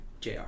JR